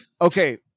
okay